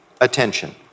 attention